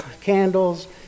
candles